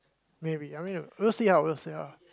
maybe I mean we'll see how we'll see how